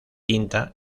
tinta